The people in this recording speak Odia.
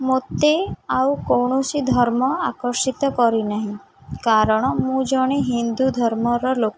ମୋତେ ଆଉ କୌଣସି ଧର୍ମ ଆକର୍ଷିତ କରିନାହିଁ କାରଣ ମୁଁ ଜଣେ ହିନ୍ଦୁ ଧର୍ମର ଲୋକ